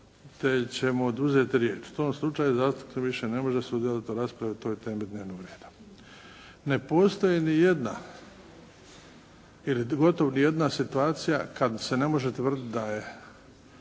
će mu oduzeti riječ. U tom slučaju zastupnik više ne može sudjelovati u raspravi o toj temi dnevnog reda. Ne postoji ni jedna, ili gotovo ni jedna situacija kad se ne može tvrditi da je